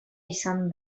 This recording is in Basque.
izan